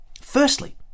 Firstly